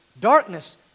darkness